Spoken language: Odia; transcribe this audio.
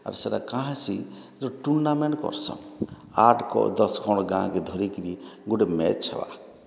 ଆର୍ ସେଇଟା କ'ଣ ହେଇସି ଯେଉଁ ଟୁର୍ଣ୍ଣାମେଣ୍ଟ କରସନ୍ ଆଠ ଦଶ ଖଣ୍ଡ ଗାଁକୁ ଧରିକରି ଗୋଟିଏ ମ୍ୟାଚ୍ ହେବ